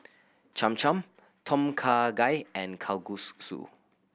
Cham Cham Tom Kha Gai and